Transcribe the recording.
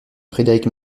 frédérique